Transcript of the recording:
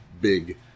big